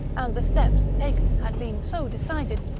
and the steps taken had been so decided,